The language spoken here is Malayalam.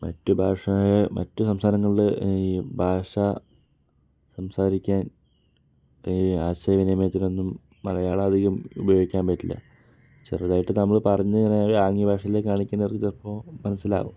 മാറ്റ് ഭാഷയെ മറ്റ് സംസ്ഥാനങ്ങളിലെ ഈ ഭാഷ സംസാരിക്കാൻ ഈ ആശയ വിനിമയത്തിനൊന്നും മലയാളം അധികം ഉപയോഗിക്കാൻ പറ്റില്ല ചെറുതായിട്ട് നമ്മള് പറഞ്ഞിങ്ങനെ ആംഗ്യ ഭാഷയില് കാണിക്കുന്നതവർക്ക് ചിലപ്പോൾ മനസ്സിലാവും